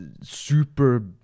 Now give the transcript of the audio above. super